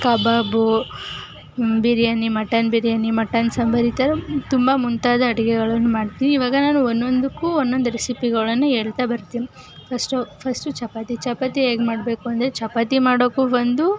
ಕಬಾಬು biryani mutton biryani mutton ಸಾಂಬಾರು ಈ ಥರ ತುಂಬ ಮುಂತಾದ ಅಡುಗೆಗಳನ್ನು ಮಾಡ್ತೀನಿ ಈವಾಗ ನಾನು ಒಂದೊಂದಕ್ಕೂ ಒಂದೊಂದು ರೆಸಿಪಿಗಳನ್ನು ಹೇಳ್ತಾ ಬರ್ತೀನಿ ಫಸ್ಟು ಫಸ್ಟು ಚಪಾತಿ ಚಪಾತಿ ಹೇಗೆ ಮಾಡಬೇಕು ಅಂದರೆ ಚಪಾತಿ ಮಾಡೋಕ್ಕೂ ಒಂದು